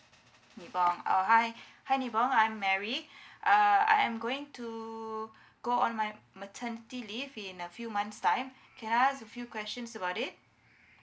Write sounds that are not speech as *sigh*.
nibong uh hi *breath* hi nibong I'm mary *breath* uh I am going to go on my maternity leave in a few months time can I ask a few questions about it